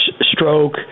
stroke